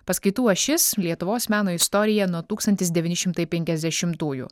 paskaitų ašis lietuvos meno istoriją nuo tūkstantis devyni šimtai penkiasdešimtųjų